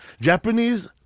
Japanese